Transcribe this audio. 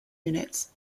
units